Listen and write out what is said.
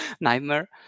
nightmare